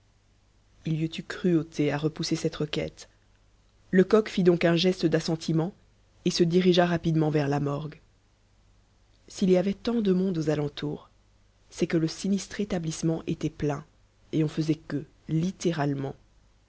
eu cruauté à repousser cette requête lecoq fit donc un geste d'assentiment et se dirigea rapidement vers la morgue s'il y avait tant de monde aux alentours c'est que le sinistre établissement était plein et on faisait queue littéralement